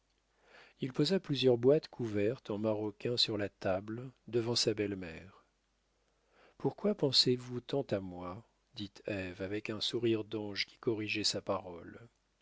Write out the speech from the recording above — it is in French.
il posa plusieurs boîtes couvertes en maroquin sur la table devant sa belle-mère pourquoi pensez-vous tant à moi dit ève avec un sourire d'ange qui corrigeait sa parole